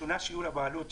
רחבה מאוד,